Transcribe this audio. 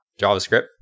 JavaScript